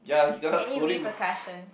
any repercussions